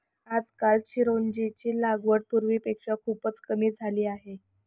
आजकाल चिरोंजीची लागवड पूर्वीपेक्षा खूपच कमी झाली आहे